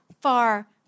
far